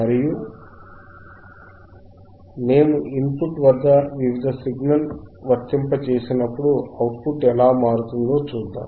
మరియు మేము input వద్ద వివిధ సిగ్నల్ వర్తింప చేసినప్పుడు అవుట్ పుట్ ఎలా మారుతుందో చూద్దాం